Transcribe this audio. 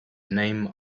name